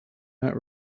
not